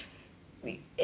eh you